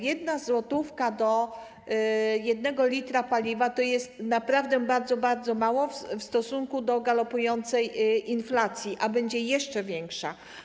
Jedna złotówka do 1 l paliwa to jest naprawdę bardzo, bardzo mało w stosunku do galopującej inflacji, a ona będzie jeszcze większa.